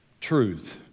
truth